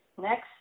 next